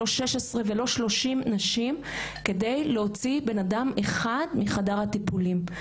לא 16 ולא 30 נשים כדי להוציא אדם אחד מחדר הטיפולים.